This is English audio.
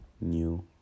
new